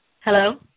Hello